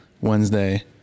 Wednesday